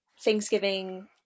Thanksgiving